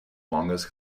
longest